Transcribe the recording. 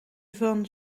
van